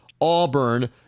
Auburn